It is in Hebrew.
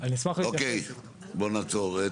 אוקיי בוא נעצור.